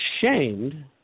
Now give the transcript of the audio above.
shamed